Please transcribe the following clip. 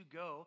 go